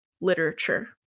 literature